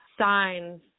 signs